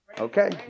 Okay